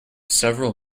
several